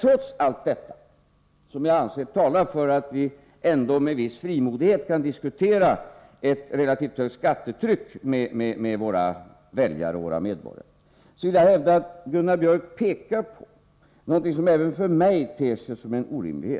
Trots allt detta, som jag anser talar för att vi med viss frimodighet kan diskutera ett relativt högt skattetryck med våra väljare och medborgare, vill jag hävda att Gunnar Biörck pekar på någonting som även för mig ter sig som en orimlighet.